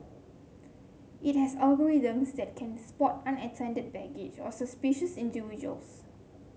it has algorithms that can spot unattended baggage or suspicious individuals